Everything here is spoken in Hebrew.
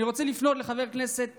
אני רוצה לפנות לחבר הכנסת